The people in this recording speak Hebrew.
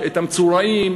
את המצורעים,